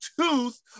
tooth